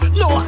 no